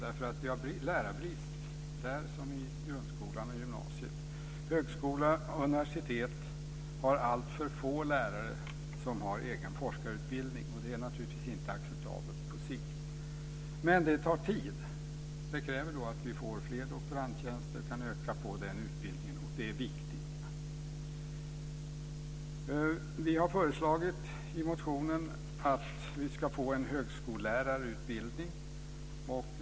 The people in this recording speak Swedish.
Vi har som i grundskolan och på gymnasiet lärarbrist. Högskola och universitet har alltför få lärare som har egen forskarutbildning. Det är naturligtvis inte acceptabelt på sikt. Men det tar tid. Det kräver att vi får fler doktorandtjänster och kan öka på den utbildningen, och det är viktigt. Vi har i motionen föreslagit att vi ska få en högskollärarutbildning.